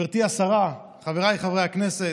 גברתי השרה, חבריי חברי הכנסת,